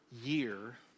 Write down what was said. year